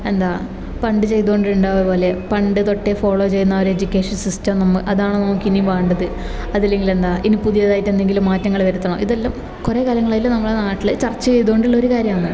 എന്താ പണ്ട് ചെയ്തുകൊണ്ടിരുന്ന പോലെ പണ്ട് തൊട്ടേ ഫോളോ ചെയ്യുന്ന ഒര് എജ്യുക്കേഷൻ സിസ്റ്റം അതാണോ നമുക്ക് എനിയും വേണ്ടത് അതില്ലെങ്കിൽ എന്താ ഇനി പുതിയതായിട്ടെന്തെങ്കിലും മാറ്റങ്ങള് വരുത്തണോ ഇതെല്ലാം കുറേ കാലങ്ങളായിട്ട് നമ്മുടെ നാട്ടില് ചർച്ച ചെയ്ത് കൊണ്ടുള്ളൊരു കാര്യാമാണ്